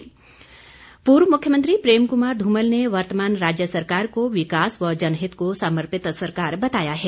धूमल पूर्व मुख्यमंत्री प्रेम कुमार ध्र्मल ने वर्तमान राज्य सरकार को विकास व जनहित को समर्पित सरकार बताया है